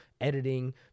editing